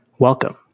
Welcome